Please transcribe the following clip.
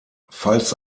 falls